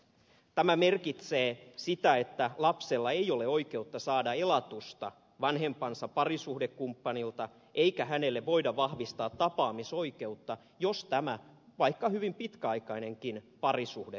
tämä merkitsee sitä että lapsella ei ole oikeutta saada elatusta vanhempansa parisuhdekumppanilta eikä hänelle voida vahvistaa tapaamisoikeutta jos tämä vaikka hyvin pitkäaikainenkin parisuhde purkautuu